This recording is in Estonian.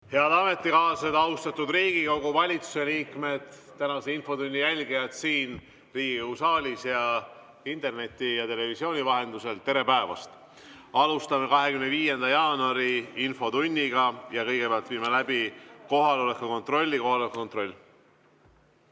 Head ametikaaslased! Austatud Riigikogu! Valitsuse liikmed! Tänase infotunni jälgijad siin Riigikogu saalis ning interneti ja televisiooni vahendusel! Tere päevast! Alustame 25. jaanuari infotundi. Kõigepealt viime läbi kohaloleku kontrolli. Kohaloleku kontroll.